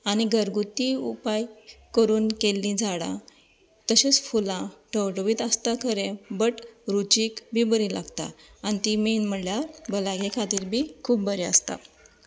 आनी घरगुती उपाय करून केल्ली झाडां तशेंच फुलां ठवठवीत आसता खरे बट रुचीक बी बरी लागता आनी ती मेन म्हणल्यार भलायकी खातीर बी खूब बरी आसता